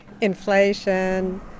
Inflation